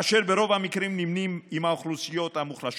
אשר ברוב המקרים נמנים עם האוכלוסיות המוחלשות",